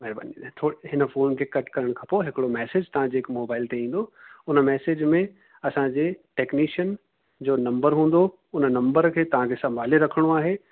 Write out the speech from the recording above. महिरबानी करे थो हिन फ़ोन खे कट करण खां पोइ हिकिड़ो मैसेज तव्हांजे हिकु मोबाइल ते ईंदो हुन मैसेज में असांजे टैक्निशियन जो नंबर हूंदो हुन नंबर खे तव्हांखे संभाले रखिणो आहे